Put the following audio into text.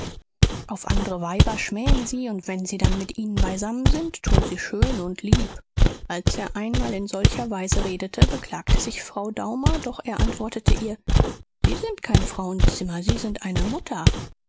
auf andre weiber schmähen sie und wenn sie dann mit ihnen beisammen sind tun sie schön und lieb als er einmal in solcher weise redete beklagte sich frau daumer doch er antwortete ihr sie sind kein frauenzimmer sie sind eine mutter